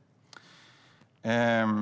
Fredrik